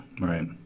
Right